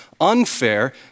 unfair